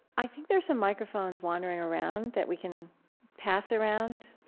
i think there are some microphones wandering around that we can pass around.